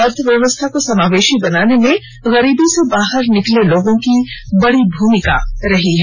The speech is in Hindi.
अर्थव्यवस्था को समावेशी बनाने में गरीबी से बाहर निकले लोगों की बड़ी भूमिका रही है